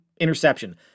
interception